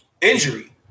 injury